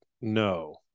no